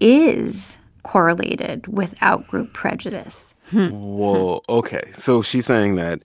is correlated with out-group prejudice whoa. ok. so she's saying that